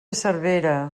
cervera